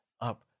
up